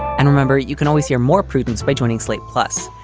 and remember, you can always hear more prudence by joining slate. plus,